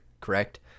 correct